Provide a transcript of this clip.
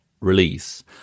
release